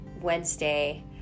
Wednesday